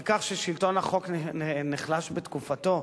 על כך ששלטון החוק נחלש בתקופתו?